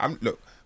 Look